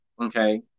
okay